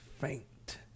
faint